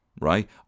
right